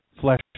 Flesh